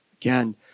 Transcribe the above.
Again